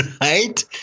Right